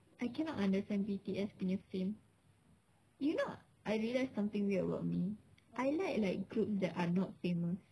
I cannot understand B_T_S punya fame you know I realise something weird about me I like like groups that are not famous